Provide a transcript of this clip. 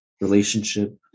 relationship